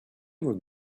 were